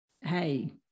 hey